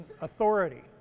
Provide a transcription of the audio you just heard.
authority